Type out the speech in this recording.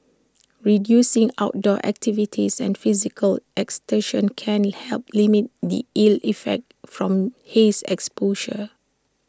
reducing outdoor activities and physical exertion can help limit the ill effects from haze exposure